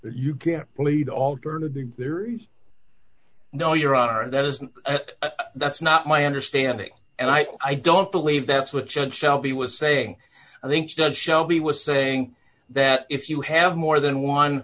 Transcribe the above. that you can't plead alternative theories no your honor that isn't that's not my understanding and i don't believe that's what john shelby was saying i think doug shelby was saying that if you have more than one